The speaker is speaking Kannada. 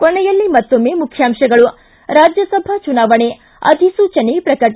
ಕೊನೆಯಲ್ಲಿ ಮತ್ತೊಮ್ಮೆ ಮುಖ್ಯಾಂಶಗಳು ಿ ರಾಜ್ಯಸಭಾ ಚುನಾವಣೆ ಅಧಿಸೂಚನೆ ಪ್ರಕಟ